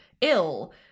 ill